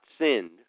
sinned